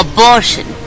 Abortion